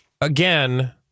again